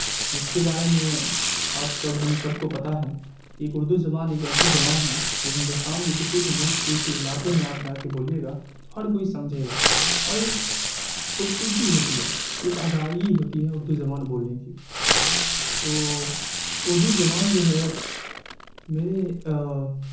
جس کے بارے میں آپ سب ہم سب کو پتا ہے کہ ایک اردو زبان ایک ایسی زبان ہے جو ہندوستان کے کسی بھی ملک کسی علاقے میں آپ جا کے بولیے گا تو ہر کوئی سمجھے گا اور ایک خوبصورتی ہوتی ہے ایک ادائیگی ہوتی ہے اردو زبان بولنے کی تو اردو زبان جو ہے میرے